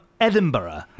Edinburgh